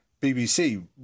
BBC